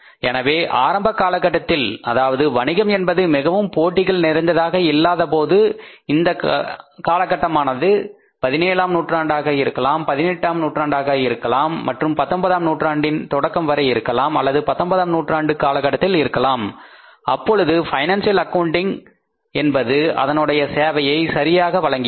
எனவே ஆரம்ப காலகட்டத்தில் அதாவது வணிகம் என்பது மிகவும் போட்டிகள் நிறைந்ததாக இல்லாதபோது இந்த காலகட்டமானது 17 ஆம் நூற்றாண்டாக இருக்கலாம் 18 ஆம் நூற்றாண்டாக இருக்கும் மற்றும் 19 நூற்றாண்டின் தொடக்கம் வரை இருக்கலாம் அல்லது 19ஆம் நூற்றாண்டு காலத்தில் இருக்கலாம் அப்பொழுது பைனான்சியல் ஆக்கவுண்டிங் என்பது அதனுடைய சேவையை சரியாக வழங்கியது